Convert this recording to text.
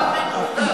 עכשיו הוא מצא,